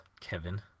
Kevin